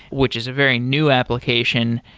which is a very new application.